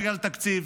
בגלל תקציב,